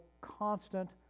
constant